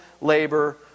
labor